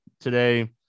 today